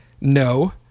No